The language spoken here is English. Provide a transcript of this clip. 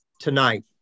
tonight